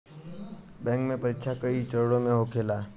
bank के परीक्षा कई चरणों में होखेला